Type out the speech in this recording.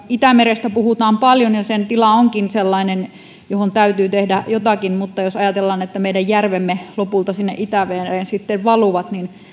itämerestä puhutaan paljon ja sen tila onkin sellainen jolle täytyy tehdä jotakin mutta jos ajatellaan että meidän järvemme lopulta sinne itämereen sitten valuvat niin